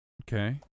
Okay